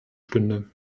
stünde